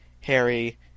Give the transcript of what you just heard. Harry